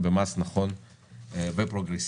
לדון בפרק י"ז בחוק התכנית הכלכלית,